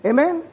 Amen